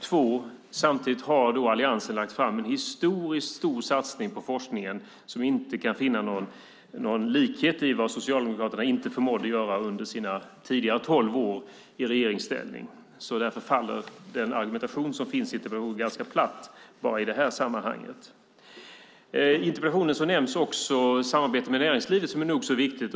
För det andra har Alliansen lagt fram en historiskt stor satsning på forskningen som man inte kan finna någon likhet i vad Socialdemokraterna förmådde att göra under sina tolv år i regeringsställning. Därför faller den argumentation som finns i interpellationen ganska platt bara i det sammanhanget. I interpellationen nämns också samarbetet med näringslivet som är nog så viktigt.